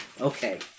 Okay